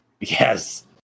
Yes